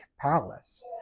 palace